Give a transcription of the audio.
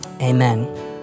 Amen